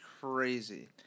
crazy